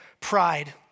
pride